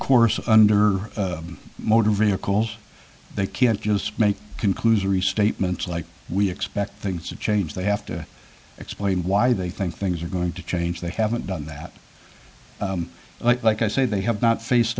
course under motor vehicles they can't just make conclusory statements like we expect things to change they have to explain why they think things are going to change they haven't done that like i say they have not faced